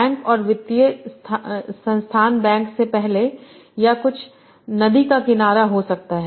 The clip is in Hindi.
बैंक और वित्तीय संस्थान बैंक से पहले या यह कुछ नदी का किनारा हो सकता है